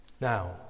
Now